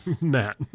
Matt